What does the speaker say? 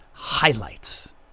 highlights